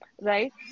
Right